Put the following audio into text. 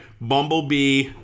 Bumblebee